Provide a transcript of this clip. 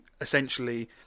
essentially